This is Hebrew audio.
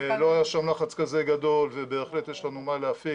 לא היה שם לחץ כזה גדול ובהחלט יש לנו מה להפיק,